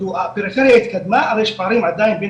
כאילו הפריפריה התקדמה אבל יש פערים עדיין בין